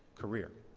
career.